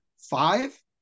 five